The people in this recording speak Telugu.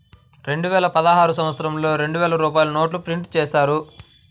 రెండువేల పదహారు సంవత్సరంలో రెండు వేల రూపాయల నోట్లు ప్రింటు చేశారు